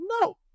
No